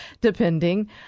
depending